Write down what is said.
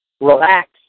Relax